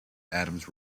adams